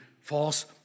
false